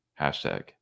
hashtag